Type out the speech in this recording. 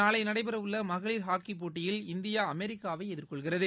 நாளைநடைபெறவுள்ளமகளிர் ஹாக்கிபோட்டியில் இந்தியா அமெரிக்காவைஎதிர்கொள்கிறது